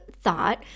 thought